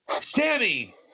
Sammy